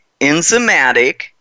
enzymatic